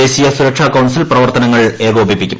ദേശീയ സുരക്ഷാ കൌൺസിൽ പ്രവർത്തനങ്ങൾ ഏകോപിപ്പിക്കും